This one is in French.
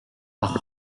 par